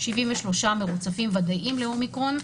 73 מרוצפים ודאיים לאומיקרון,